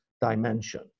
dimension